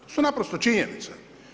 To su naprosto činjenice.